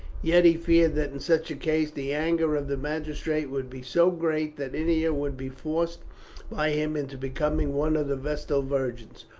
yet he feared that in such a case the anger of the magistrate would be so great that ennia would be forced by him into becoming one of the vestal virgins,